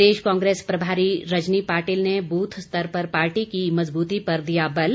प्रदेश कांग्रेस प्रभारी रजनी पाटिल ने बूथ स्तर पर पार्टी की मजबूती पर दिया बल